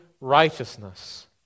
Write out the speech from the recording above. righteousness